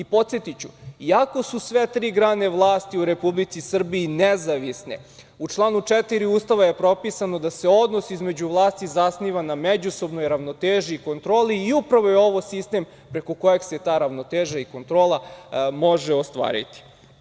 Podsetiću, iako su sve tri grane vlasti u Republici Srbiji nezavisne, u članu 4. Ustava je propisano da se odnos između vlasti zasniva na međusobnoj ravnoteži i kontroli i upravo je ovo sistem preko kojeg se ta ravnoteža i kontrola može ostvariti.